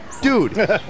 Dude